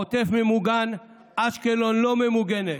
העוטף ממוגן, אשקלון לא ממוגנת.